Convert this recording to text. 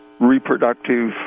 reproductive